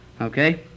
Okay